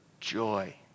joy